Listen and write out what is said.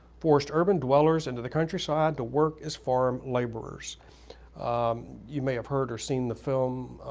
forced urban dwellers into the countryside to work as farm laborers you may have heard or seen the film